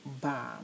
bomb